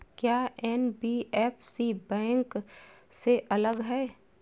क्या NBFC bank से अलग है?